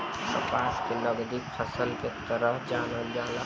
कपास के नगदी फसल के तरह जानल जाला